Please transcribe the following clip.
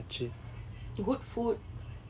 good food